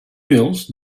pils